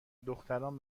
دختران